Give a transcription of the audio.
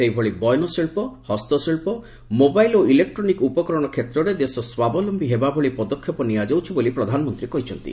ସେହିଭଳି ବୟନ ଶିଳ୍ପ ହସ୍ତଶିଳ୍ପ ମୋବାଇଲ୍ ଓ ଇଲେକ୍ଟ୍ରୋନିକ୍ ଉପକରଣ କ୍ଷେତ୍ରରେ ଦେଶ ସ୍ପାବଲମ୍ଧୀ ହେବା ଲାଗି ପଦକ୍ଷେପ ନିଆଯାଉଛି ବୋଲି ପ୍ରଧାନମନ୍ତ୍ରୀ କହିଛନ୍ତି